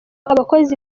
abakozi